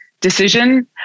decision